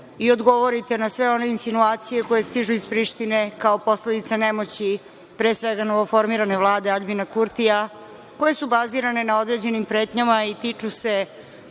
i odgovorite na sve one insinuacije koje stižu iz Prištine kao posledica nemoći, pre svega, novoformirane vlade Aljbina Kurtija, koje su bazirane na određenim pretnjama i tiču se